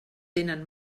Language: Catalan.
tenen